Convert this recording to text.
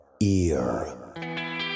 ear